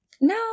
no